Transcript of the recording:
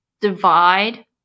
divide